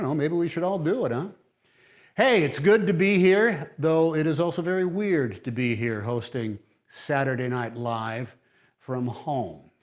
and maybe we should all do it, huh hey, it's good to be here, though it is also very weird to be here hosting saturday night live from home.